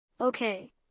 Okay